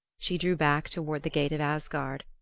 she drew back toward the gate of asgard.